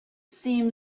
seemed